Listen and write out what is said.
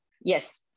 yes